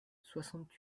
soixante